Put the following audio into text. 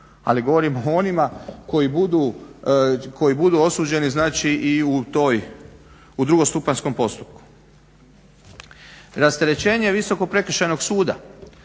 ali govorim o onima koji budu osuđeni znači i u drugostupanjskom postupku. Rasterećenje Visokog prekršajnog suda